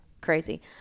crazy